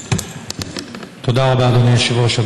תודה רבה, אדוני היושב-ראש.